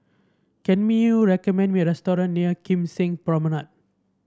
can you recommend me a restaurant near Kim Seng Promenade